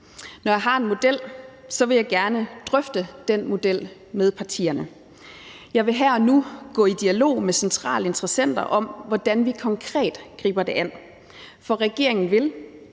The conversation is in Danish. Når jeg har en model, vil jeg gerne drøfte den model med partierne. Jeg vil her og nu gå i dialog med centrale interessenter om, hvordan vi konkret griber det an, for regeringen vil